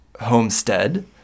homestead